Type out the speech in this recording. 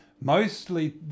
Mostly